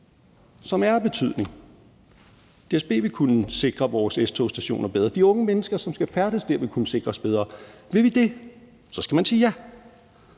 som er af betydning. DSB vil kunne sikre vores S-togsstationer bedre. De unge mennesker, som skal færdes der, vil kunne sikres bedre. Vil vi det, så skal man sige ja.